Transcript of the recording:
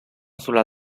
sulla